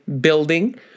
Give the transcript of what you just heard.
building